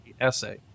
essay